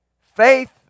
faith